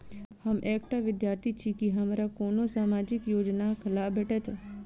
हम एकटा विद्यार्थी छी, की हमरा कोनो सामाजिक योजनाक लाभ भेटतय?